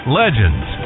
legends